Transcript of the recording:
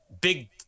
big